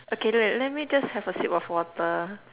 okay wait wait let me just have a sip of water